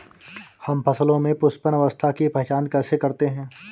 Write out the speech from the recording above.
हम फसलों में पुष्पन अवस्था की पहचान कैसे करते हैं?